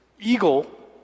eagle